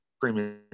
Premier